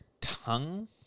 tongue